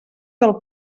del